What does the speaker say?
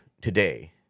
today